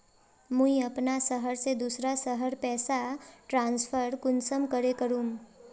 मुई अपना शहर से दूसरा शहर पैसा ट्रांसफर कुंसम करे करूम?